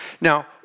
Now